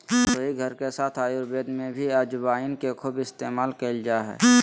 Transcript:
रसोईघर के साथ आयुर्वेद में भी अजवाइन के खूब इस्तेमाल कइल जा हइ